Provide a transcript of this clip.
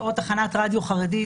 או תחנת רדיו חרדית,